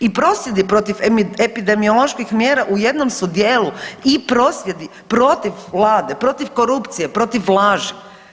I prosvjedi protiv epidemioloških mjera u jednom su dijelu i prosvjedi protiv vlade, protiv korupcije, protiv laži.